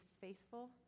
faithful